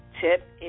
tip